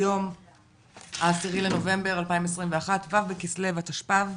היום ה-10/11/2021, ו' בכסלו התשפ"ב,